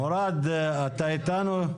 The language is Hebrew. מוראד, אתה איתנו?